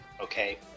okay